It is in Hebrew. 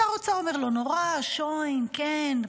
שר האוצר אומר, לא נורא, שוין, כן,